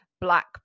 black